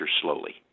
slowly